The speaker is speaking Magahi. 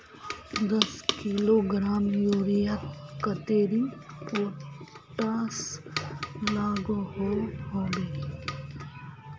दस किलोग्राम यूरियात कतेरी पोटास लागोहो होबे?